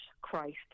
Christ